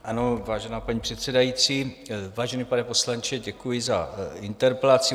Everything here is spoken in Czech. Ano, vážená paní předsedající, vážený pane poslanče, děkuji za interpelaci.